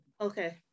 Okay